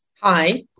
Hi